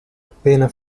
appena